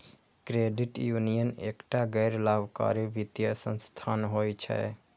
credit union एकटा गैर लाभकारी वित्तीय संस्थान होइ छै